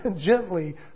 gently